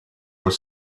was